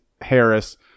Harris